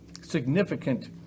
significant